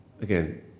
Again